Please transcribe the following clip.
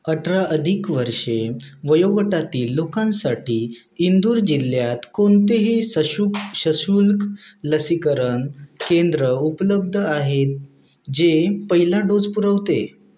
अठरा अधिक वर्षे वयोगटातील लोकांसाठी इंदूर जिल्ह्यात कोणतेही सशुल्क सशुल्क लसीकरण केंद्र उपलब्ध आहेत जे पहिला डोस पुरवते